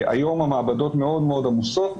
היום המעבדות מאוד עמוסות,